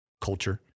culture